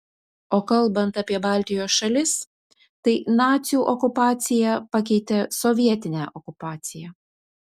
o kalbant apie baltijos šalis tai nacių okupacija pakeitė sovietinę okupaciją